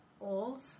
old